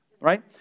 Right